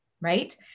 right